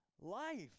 life